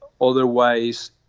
otherwise